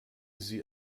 sie